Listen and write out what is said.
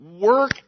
work